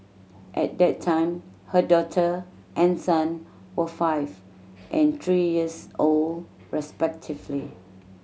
at that time her daughter and son were five and three years old respectively